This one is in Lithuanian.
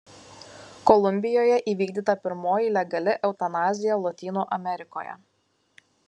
kolumbijoje įvykdyta pirmoji legali eutanazija lotynų amerikoje